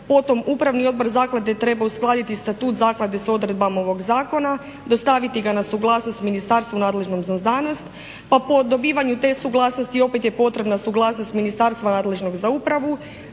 potom upravni odbor zaklade treba uskladiti statut zaklade s odredbama ovog zakona, dostaviti ga na suglasnost ministarstvu nadležnom za znanost, pa po dobivanju te suglasnosti opet je potrebna suglasnost ministarstva nadležnog za upravu.